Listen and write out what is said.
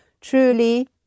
Truly